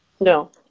No